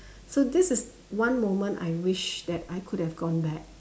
so this is one moment I wished that I could have gone back